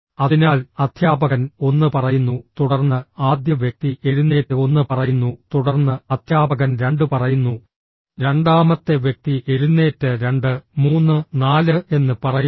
അതിനാൽ അധ്യാപകൻ ഒന്ന് പറയുന്നു തുടർന്ന് ആദ്യ വ്യക്തി എഴുന്നേറ്റ് ഒന്ന് പറയുന്നു തുടർന്ന് അധ്യാപകൻ രണ്ട് പറയുന്നു രണ്ടാമത്തെ വ്യക്തി എഴുന്നേറ്റ് രണ്ട് മൂന്ന് നാല് എന്ന് പറയുന്നു